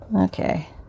Okay